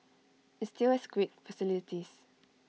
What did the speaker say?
IT still has great facilities